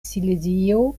silezio